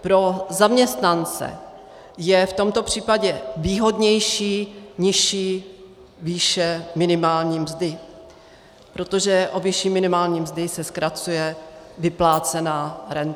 Pro zaměstnance je v tomto případě výhodnější nižší výše minimální mzdy, protože o výši minimální mzdy se zkracuje vyplácená renta.